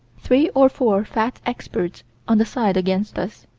three or four fat experts on the side against us.